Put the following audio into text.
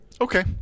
Okay